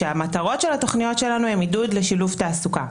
שהמטרות של התוכניות שלנו הן עידוד לשילוב בתעסוקה.